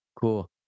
Cool